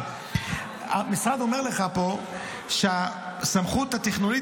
המשרד אומר לך פה שהסמכות התכנונית